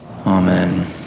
Amen